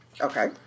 Okay